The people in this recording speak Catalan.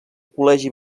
col·legi